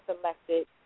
selected